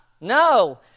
no